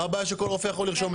מה הבעיה שכל רופא ירשום?